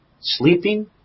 Sleeping